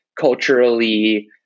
culturally